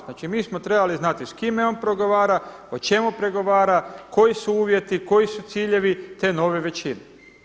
Znači mi smo trebali znati s kim on pregovara, o čemu pregovara, koji su uvjeti, koji su ciljevi, te nove većine.